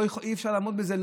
אי-אפשר לעמוד בזה.